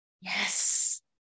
Yes